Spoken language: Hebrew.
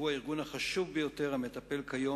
שהוא הארגון החשוב ביותר המטפל כיום